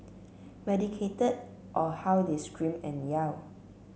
medicated or how they scream and yell